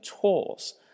tools